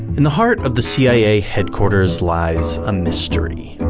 in the heart of the cia headquarters lies a mystery.